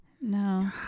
No